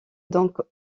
donc